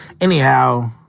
Anyhow